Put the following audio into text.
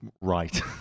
right